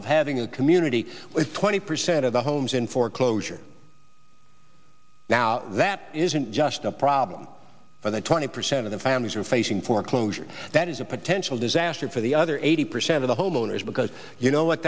of having a community with twenty percent of the homes in foreclosure now that isn't just a problem for the twenty percent of the families are facing foreclosure that is a potential disaster for the other eighty percent the homeowners because you know what